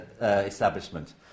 establishment